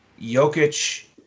Jokic